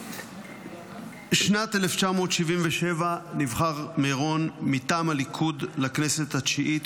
בשנת 1977 נבחר מרון מטעם הליכוד לכנסת התשיעית,